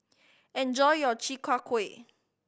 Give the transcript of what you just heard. enjoy your Chi Kak Kuih